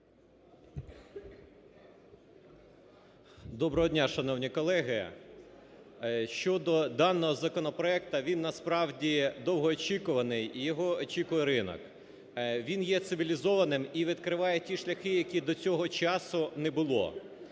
Доброго дня, шановні колеги! Щодо даного законопроекту, він, насправді, довгоочікуваний і його очікує ринок. Він є цивілізованим і відкриває ті шляхи, яких до цього часу не було.